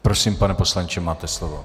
Prosím, pane poslanče, máte slovo.